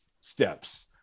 steps